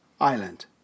Island